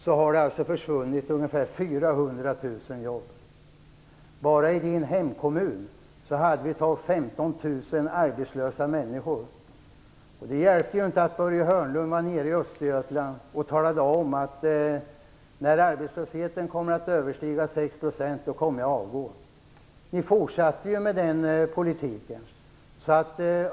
Bara i Dan Ericssons hemkommun fanns det ett tag 15 000 arbetslösa människor. Det hjälpte inte att Börje Hörnlund var nere i Östergötland och talade om att han skulle avgå när arbetslösheten översteg 6 %. Ni fortsatte ju med den politiken!